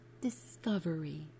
discovery